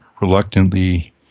reluctantly